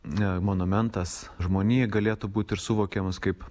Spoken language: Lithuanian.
monumentas žmonijai galėtų būti ir suvokiamas kaip